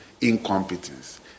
incompetence